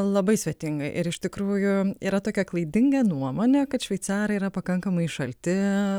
labai svetingai ir iš tikrųjų yra tokia klaidinga nuomonė kad šveicarai yra pakankamai šalti